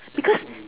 because